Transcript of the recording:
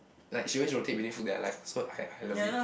like she always rotate between food that I like so I I love it